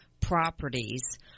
properties